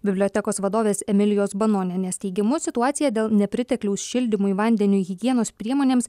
bibliotekos vadovės emilijos banonienės teigimu situacija dėl nepritekliaus šildymui vandeniui higienos priemonėms